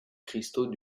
cristaux